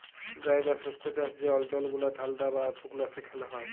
dry বা শুস্ক চাষ যে অল্চল গুলা ঠাল্ডা আর সুকলা সেখালে হ্যয়